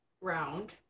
round